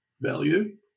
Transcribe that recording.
value